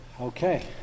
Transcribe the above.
Okay